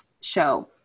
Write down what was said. show